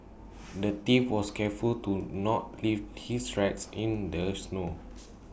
the thief was careful to not leave his tracks in the snow